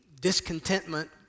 discontentment